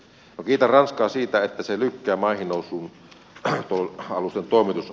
kiitän ranskaa siitä että se lykkää maihinnousualusten toimitusaikaa